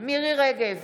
מירי מרים רגב,